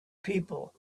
people